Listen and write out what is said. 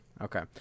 Okay